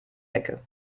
ecke